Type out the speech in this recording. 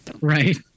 Right